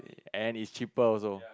and it's cheaper also